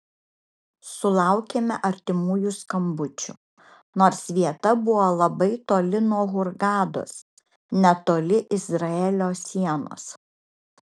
sulaukėme artimųjų skambučių nors vieta buvo labai toli nuo hurgados netoli izraelio sienos